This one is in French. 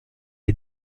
est